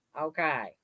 Okay